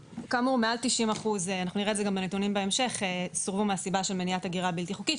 מעל 90% סורבו מהסיבה של מניעת הגירה בלתי חוקית,